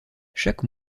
chaque